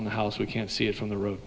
on the house we can't see it from the road